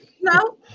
No